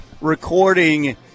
recording –